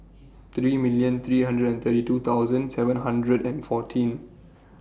three million three hundred and thirty two thousand seven hundred and fourteen